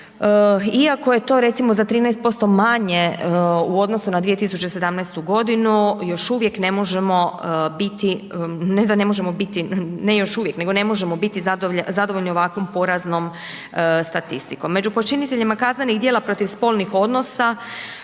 iako je to za 13% manje u odnosu na 2017.g. još uvijek ne možemo biti, ne da ne možemo biti, ne još uvijek, nego ne možemo biti zadovoljni ovakvom poraznom statistikom. Među počiniteljima kaznenih djela protiv spolnih odnosa